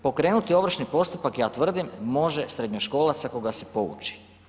Pokrenuti ovršni postupak, ja tvrdim, može srednjoškolac ako ga se pouči.